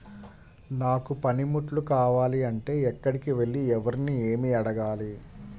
నాకు పనిముట్లు కావాలి అంటే ఎక్కడికి వెళ్లి ఎవరిని ఏమి అడగాలి?